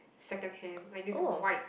second hand like is white